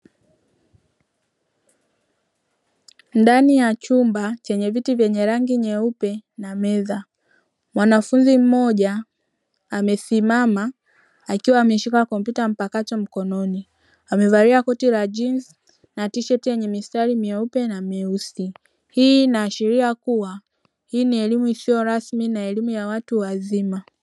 Ndani ya chumba chenye viti vyenye rangi nyeupe na meza mwanafunzi mmoja amesimama akiwa ameshika kompyuta mpakato mkononi amevalia koti la jinsi na tisheti yenye mistari mieupe na meusi, hii inaashiria kuwa hii ni elimu isiyo rasmi na elimu ya watu wazima.